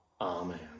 Amen